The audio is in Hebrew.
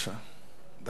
דקה.